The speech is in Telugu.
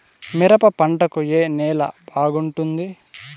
మిరప పంట కు ఏ నేల బాగుంటుంది?